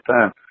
time